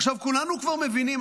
עכשיו כולנו כבר מבינים,